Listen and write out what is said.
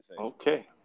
Okay